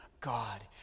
God